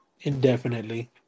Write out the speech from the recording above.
indefinitely